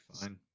fine